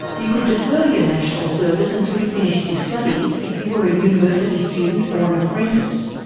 you could defer your national service until you finished your studies if you were a university student or an apprentice.